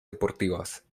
deportivas